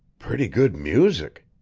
pretty good music.